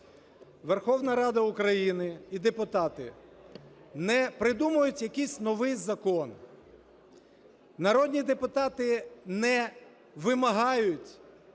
Верховна Рада України і депутати не придумують якийсь новий закон, народні депутати не вимагають